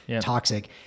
toxic